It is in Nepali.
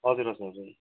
हजुर हजुर हजुर